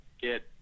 get